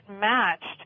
matched